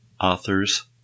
authors